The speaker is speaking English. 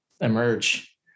emerge